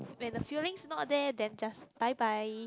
when the feelings not there then just bye bye